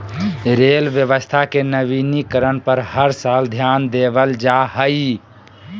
rail व्यवस्था के नवीनीकरण पर हर साल ध्यान देवल जा हइ